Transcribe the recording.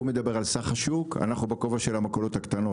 הוא מדבר על סך השוק ואנחנו בכובע של המכולות הקטנות.